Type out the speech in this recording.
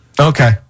Okay